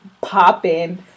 popping